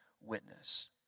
witness